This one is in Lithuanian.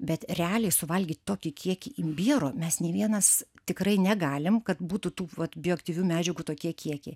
bet realiai suvalgyt tokį kiekį imbiero mes nė vienas tikrai negalim kad būtų tų vat bioaktyvių medžiagų tokie kiekiai